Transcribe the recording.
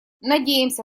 надеемся